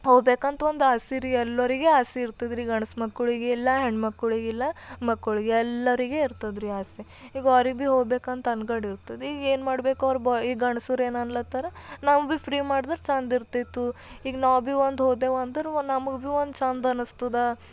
ಹೋಗ್ಬೇಕು ಅಂತ ಒಂದು ಆಸೆ ರೀ ಎಲ್ಲರಿಗೆ ಆಸೆ ಇರ್ತದ್ರೀ ಗಂಡ್ಸು ಮಕ್ಳಿಗೆ ಎಲ್ಲ ಹೆಣ್ಣು ಮಕ್ಳಿಗೆ ಎಲ್ಲ ಮಕ್ಕಳಿಗೆ ಎಲ್ಲರಿಗೆ ಇರ್ತದ್ರಿ ಆಸೆ ಈಗ ಅವ್ರಿಗೆ ಭೀ ಹೋಗ್ಬೇಕು ಅಂತ ಅನ್ಗಡಿರ್ತದ ಈಗ ಏನು ಮಾಡಬೇಕು ಅವ್ರು ಬ ಗಂಡ್ಸರು ಏನು ಅನ್ಲಾತ್ತಾರ ನಮ್ಗೆ ಭೀ ಫ್ರೀ ಮಾಡಿದ್ರೆ ಚೆಂದ ಇರ್ತಿತ್ತು ಈಗ ನಾವು ಭೀ ಒಂದು ಹೊದೆವು ಅಂದರೆ ನಮಗೆ ಭೀ ಒಂದು ಚೆಂದ ಅನ್ನಿಸ್ತದ